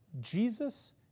Jesus